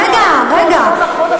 רגע, רגע.